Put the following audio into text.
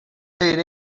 paid